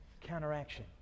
Counteraction